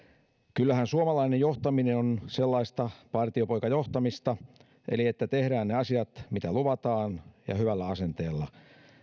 kyllähän suomalainen johtaminen on sellaista partiopoikajohtamista eli että tehdään ne asiat mitä luvataan ja hyvällä asenteella